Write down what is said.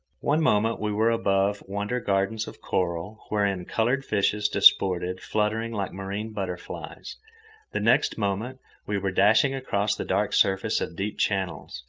one moment we were above wonder-gardens of coral, wherein coloured fishes disported, fluttering like marine butterflies the next moment we were dashing across the dark surface of deep channels,